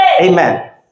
Amen